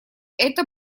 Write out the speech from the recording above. это